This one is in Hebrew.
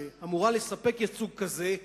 שאמורה לספק ייצוג כזה,